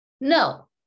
No